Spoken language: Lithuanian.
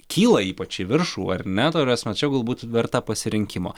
kyla ypač į viršų ar ne ta prasme čia jau galbūt verta pasirinkimo